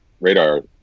radar